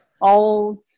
old